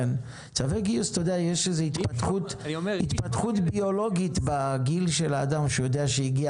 יש איזו התפתחות ביולוגית בגיל של האדם שיודע שהגיע